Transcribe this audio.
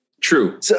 True